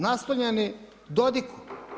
Naslonjeni Dodigu.